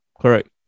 correct